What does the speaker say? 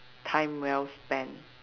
time well spend